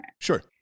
Sure